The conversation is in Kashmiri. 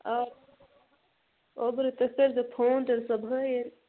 آ اوبُل تُہۍ کٔرۍزیٚو فون تیٚلہِ صبُحٲے حظ